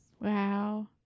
Wow